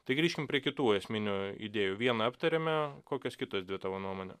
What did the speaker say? tai grįžkim prie kitų esminių idėjų vieną aptarėme kokios kitos dvi tavo nuomone